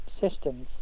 systems